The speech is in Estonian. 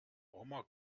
oma